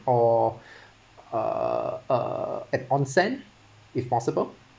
or uh uh an onsen if possible